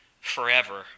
forever